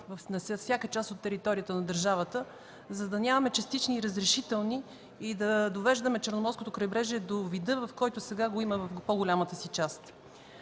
за всяка част от територията на държавата, за да нямаме частични разрешителни и да довеждаме Черноморското крайбрежие до вида, в който сега го има в по-голямата му част.